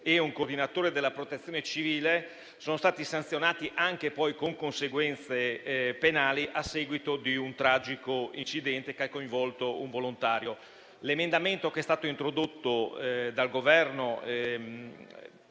e un coordinatore della Protezione civile sono stati sanzionati, anche poi con conseguenze penali, a seguito di un tragico incidente che ha coinvolto un volontario. L'emendamento che è stato introdotto dal Governo